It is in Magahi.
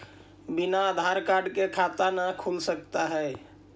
बिना आधार कार्ड के खाता न खुल सकता है?